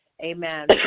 Amen